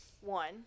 one